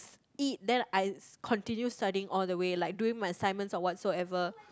s~ eat then I s~ continue studying all the way like doing my assignments or whatsoever